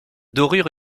dorures